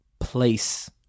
Place